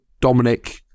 Dominic